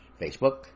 Facebook